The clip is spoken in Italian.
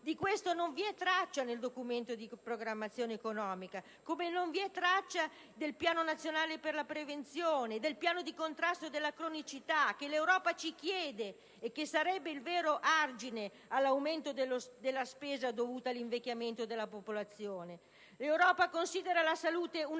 Di questo non vi è traccia nel Documento di programmazione economico-finanziaria, come non vi è traccia del piano nazionale per la prevenzione e del piano di contrasto alla cronicità che l'Europa ci chiede e che sarebbe il vero argine all'aumento della spesa dovuta all'invecchiamemto della popolazione. L'Europa considera la salute una